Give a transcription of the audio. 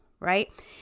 right